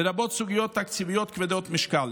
לרבות סוגיות תקציביות כבדות משקל.